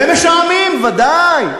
שמש העמים, ודאי.